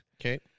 Okay